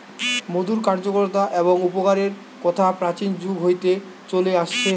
মধুর কার্যকতা এবং উপকারের কথা প্রাচীন যুগ হইতে চলে আসেটে